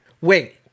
Wait